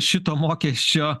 šito mokesčio